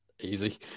Easy